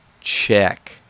Check